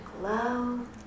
glow